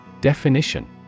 Definition